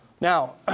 Now